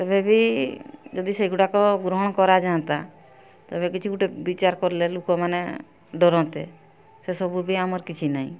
ତେବେ ବି ଯଦି ସେଗୁଡ଼ାକ ଗ୍ରହଣ କରାଯାଆନ୍ତା ତେବେ କିଛି ଗୋଟେ ବିଚାର କରିଲେ ଲୋକମାନେ ଡରନ୍ତେ ସେ ସବୁ ବି ଆମର କିଛି ନାହିଁ